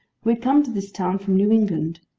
who had come to this town from new england,